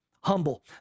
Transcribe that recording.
humble